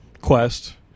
quest